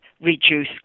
reduce